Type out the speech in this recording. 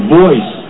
voice